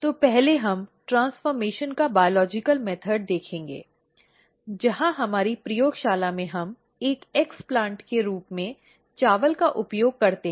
तो पहले हम ट्रांसफॉर्मेशन का बायोलॉजिकल मेथड देखेंगे जहां हमारी प्रयोगशाला में हम एक एक्स्प्लैन्ट के रूप में चावल का उपयोग करते हैं